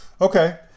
okay